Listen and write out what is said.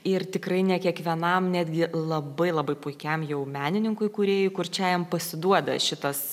ir tikrai ne kiekvienam netgi labai labai puikiam jau menininkui kūrėjui kurčiajam pasiduoda šitas